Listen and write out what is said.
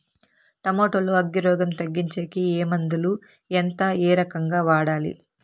Tomato లో అగ్గి రోగం తగ్గించేకి ఏ మందులు? ఎంత? ఏ రకంగా వాడాలి?